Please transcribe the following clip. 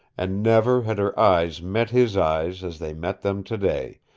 and never had her eyes met his eyes as they met them today,